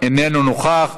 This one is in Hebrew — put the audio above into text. אינו נוכח.